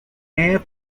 half